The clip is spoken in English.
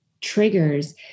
triggers